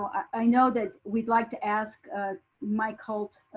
i know that we'd like to ask mike halt,